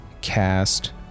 cast